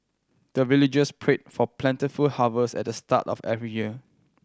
the villagers pray for plentiful harvest at the start of every year